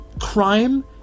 Crime